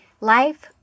Life